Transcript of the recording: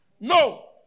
No